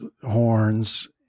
horns